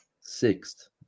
sixth